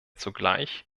zugleich